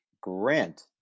Grant